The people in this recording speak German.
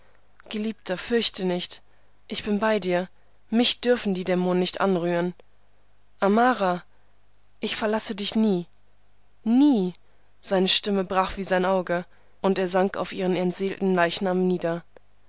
geliebter fürchte nicht ich bin bei dir mich dürfen die dämonen nicht anrühren amara ich verlasse dich nie nie seine stimme brach wie sein auge und er sank auf ihren entseelten leichnam nieder